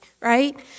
right